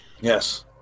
Yes